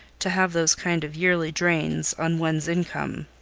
to have those kind of yearly drains on one's income.